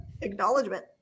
Acknowledgement